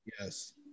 Yes